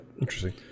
Interesting